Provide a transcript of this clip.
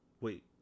Wait